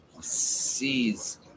sees